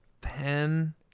Pen